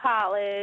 college